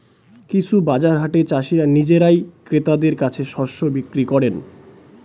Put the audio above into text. কিছু বাজার হাটে চাষীরা নিজেরাই ক্রেতাদের কাছে শস্য বিক্রি করেন